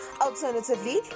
Alternatively